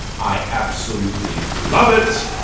i absolutely love it.